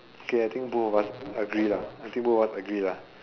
K I think both of us agree lah I think both of us agree lah